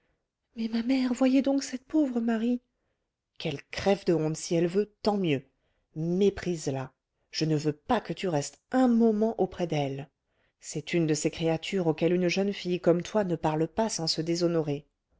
mais ma mère voyez donc cette pauvre marie qu'elle crève de honte si elle veut tant mieux méprise la je ne veux pas que tu restes un moment auprès d'elle c'est une de ces créatures auxquelles une jeune fille comme toi ne parle pas sans se déshonorer